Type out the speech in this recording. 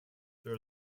there